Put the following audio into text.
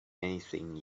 anything